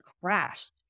crashed